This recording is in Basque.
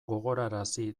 gogorarazi